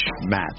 match